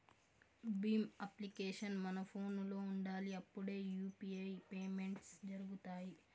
Bhim application మన ఫోనులో ఉండాలి అప్పుడే యూ.పీ.ఐ పేమెంట్స్ జరుగుతాయి